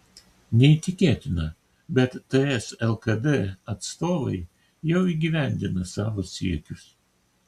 neįtikėtina bet ts lkd atstovai jau įgyvendina savo siekius